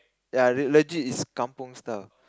ya le~ legit is kampung style